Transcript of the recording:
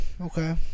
okay